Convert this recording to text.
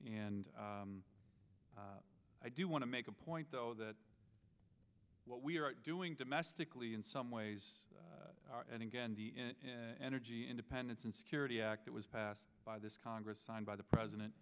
and i do want to make a point though that what we're doing domestically in some ways and again the energy independence and security act that was passed by this congress signed by the president